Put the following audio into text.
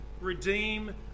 Redeem